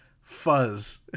fuzz